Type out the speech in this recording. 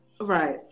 Right